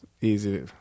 easy